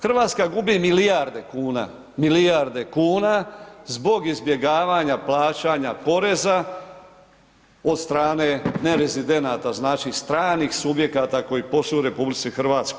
Hrvatska gubi milijarde kuna, milijarde kuna zbog izbjegavanja plaćanja poreza od strane nerezidenata, znači stranih subjekata koji posluju u RH.